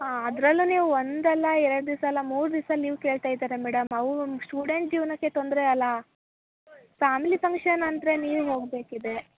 ಹಾಂ ಅದರಲ್ಲೂ ನೀವು ಒಂದಲ್ಲ ಎರಡು ದಿವ್ಸವಲ್ಲ ಮೂರು ದಿವಸ ಲೀವ್ ಕೇಳ್ತಾ ಇದ್ದೀರ ಮೇಡಮ್ ಅವು ಸ್ಟೂಡೆಂಟ್ ಜೀವನಕ್ಕೆ ತೊಂದರೆ ಅಲ್ವಾ ಫ್ಯಾಮಿಲಿ ಫಂಕ್ಷನ್ ಅಂದರೆ ನೀವು ಹೋಗಬೇಕಿದೆ